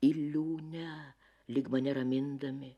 iliūne lyg mane ramindami